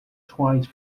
twice